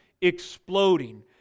exploding